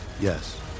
Yes